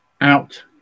out